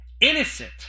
Innocent